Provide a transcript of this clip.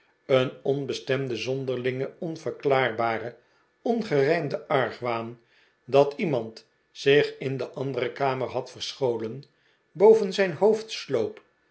een onbestemde zonderlinge onverklaarbare ongerijmde argwaan dat iemand zich in de andere kamer had verscholen boven zijn hoofd sloop